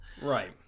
Right